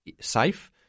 safe